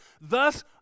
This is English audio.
Thus